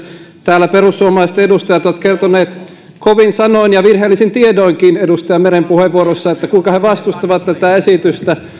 täällä perussuomalaisten edustajat ovat kertoneet kovin sanoin ja virheellisin tiedoinkin edustaja meren puheenvuoroissa kuinka he vastustavat tätä esitystä